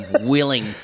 willing